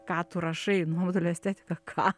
ką tu rašai nuobodulio estetiką ką